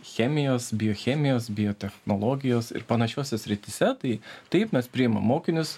chemijos biochemijos biotechnologijos ir panašiose srityse tai taip mes priimam mokinius